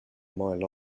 mile